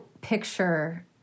picture